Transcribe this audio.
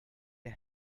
the